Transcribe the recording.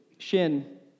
shin